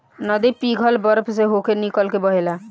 नदी पिघल बरफ से होके निकल के बहेला